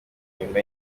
inyuma